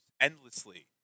endlessly